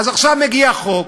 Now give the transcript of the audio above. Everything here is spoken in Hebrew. אז עכשיו מגיע חוק